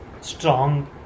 Strong